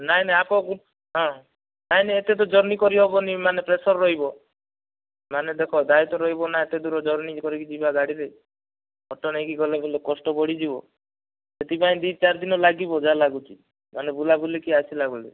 ନାଇଁ ନାଇଁ ହଁ ନାଇଁ ନାଇଁ ଏତେ ତ ଜର୍ନୀ କରିହେବନି ମାନେ ପ୍ରେସର୍ ରହିବ ମାନେ ଦେଖ ଦାୟିତ୍ଵ ରହିବ ନା ଏତେ ଦୂର ଜର୍ନୀ କରିକି ଯିବା ଗାଡ଼ିରେ ଅଟୋ ନେଇକି ଗଲେ ହେଲେ କଷ୍ଟ ବଢ଼ିଯିବ ସେଥିପାଇଁ ଦୁଇ ଚାରି ଦିନ ଲାଗିବ ଯାହା ଲାଗୁଛି ମାନେ ବୁଲାବୁଲିକି ଆସିଲା ବେଳେ